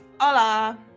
Hola